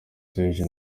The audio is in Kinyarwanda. serge